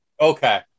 Okay